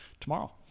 tomorrow